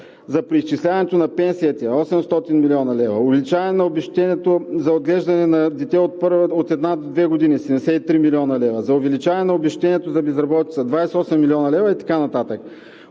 за преизчисляването на пенсиите – 800 млн. лв., увеличаване на обезщетението за отглеждане на дете от една до две години – 73 млн. лв., за увеличаване на обезщетението за безработица – 28 млн. лв., и така